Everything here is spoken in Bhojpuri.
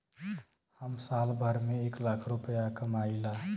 हम साल भर में एक लाख रूपया कमाई ला